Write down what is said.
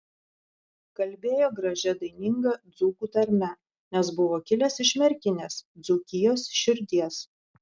kalbėjo gražia daininga dzūkų tarme nes buvo kilęs iš merkinės dzūkijos širdies